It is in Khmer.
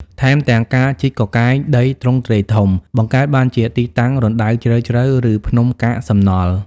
ថែមទាំងការជីកកកាយដីទ្រង់ទ្រាយធំ បង្កើតបានជាទីតាំងរណ្ដៅជ្រៅៗ ឬភ្នំកាកសំណល់ ។